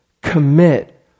commit